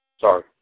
sorry